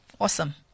awesome